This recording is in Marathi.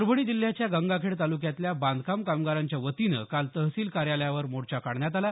परभणी जिल्ह्याच्या गंगाखेड तालुक्यातल्या बांधकाम कामगारांच्या वतीनं काल तहसील कार्यालयावर मोर्चा काढण्यात आला